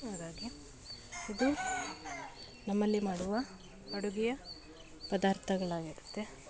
ಹಾಗಾಗಿ ಇದು ನಮ್ಮಲ್ಲಿ ಮಾಡುವ ಅಡುಗೆಯ ಪದಾರ್ಥಗಳಾಗಿರುತ್ತೆ